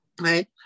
right